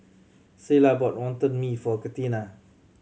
Cilla bought Wonton Mee for Catina